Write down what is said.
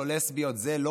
זה לא קורה שם.